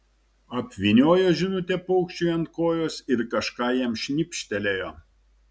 apvyniojo žinutę paukščiui ant kojos ir kažką jam šnibžtelėjo